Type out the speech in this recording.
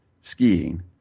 skiing